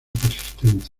persistente